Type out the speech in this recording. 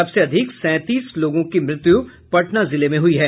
सबसे अधिक सैंतीस लोगों की मृत्यु पटना जिले में हुयी है